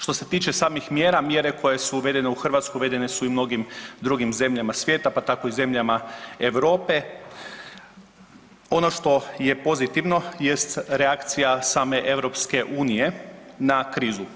Što se tiče samih mjera, mjere koje su uvedene u Hrvatsku uvedene su i u mnogim drugim zemljama svijeta pa tako i zemljama Europe, ono što je pozitivno jest reakcija same EU na krizu.